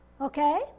Okay